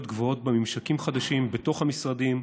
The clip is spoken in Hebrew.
גבוהות בממשקים חדשים בתוך המשרדים.